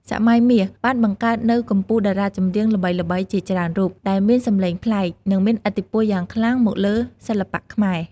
សម័យមាសបានបង្កើតនូវកំពូលតារាចម្រៀងល្បីៗជាច្រើនរូប ដែលមានសំឡេងប្លែក និងមានឥទ្ធិពលយ៉ាងខ្លាំងមកលើសិល្បៈខ្មែរ។